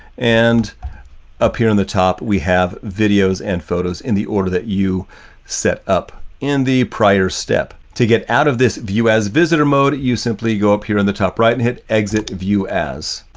and up here on the top, we have videos and photos in the order that you set up in the prior step. to get out of this, view as visitor mode, you simply go up here on the top right and hit exit view as.